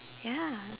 ya